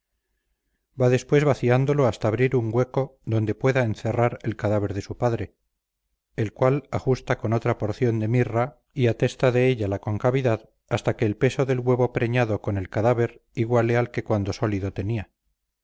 va después vaciándolo hasta abrir un hueco donde pueda encerrar el cadáver de su padre el cual ajusta con otra porción de mirra y atesta de ella la concavidad hasta que el peso del huevo preñado con el cadáver iguale al que cuando sólido tenía